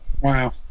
wow